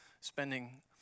spending